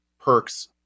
perks